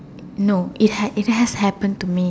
no it had it had happened to me